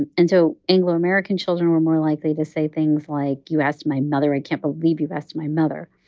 and and so anglo-american children were more likely to say things like, you asked my mother? i can't believe you asked my mother.